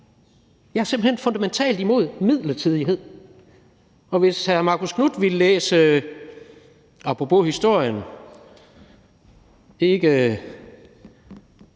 Jeg er simpelt hen fundamentalt imod midlertidighed. Og hvis hr. Marcus Knuth apropos historien ville